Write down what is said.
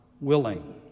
willing